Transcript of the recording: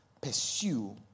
pursue